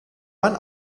mein